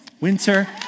Winter